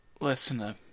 listener